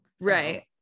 right